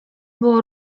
było